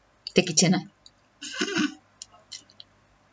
the kitchen ah